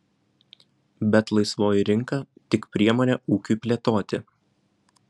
bet laisvoji rinka tik priemonė ūkiui plėtoti